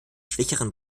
schwächeren